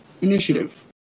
initiative